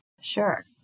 Sure